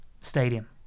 stadium